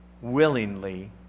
willingly